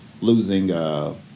losing